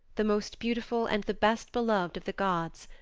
the most beautiful and the best-beloved of the gods,